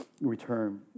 return